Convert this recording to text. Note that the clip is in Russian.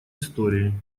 истории